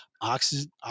oxygen